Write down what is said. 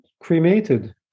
cremated